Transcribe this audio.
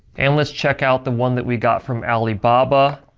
and let's check out the one that we got from alibaba.